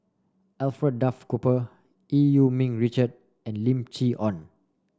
Alfred Duff Cooper Eu Yee Ming Richard and Lim Chee Onn